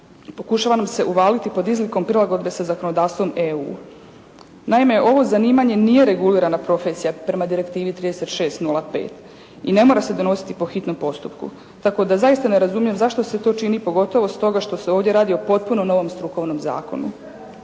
pokušava nam se «uvaliti» pod izlikom prilagodbe sa zakonodavstvom EU. Naime ovo zanimanje nije regulirana profesija prema direktivi 36-05. I ne mora se donositi po hitnom postupku. Tako da zaista ne razumijem zašto se to čini pogotovo stoga što se ovdje radi o potpuno novom strukovnom zakonu.